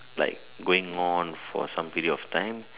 like going on for some period of time